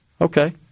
Okay